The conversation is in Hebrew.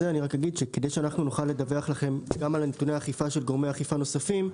כדי שנוכל לדווח לכם גם על מתקני אכיפה של גורמי אכיפה נוספים,